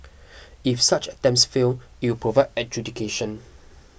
if such attempts fail it will provide adjudication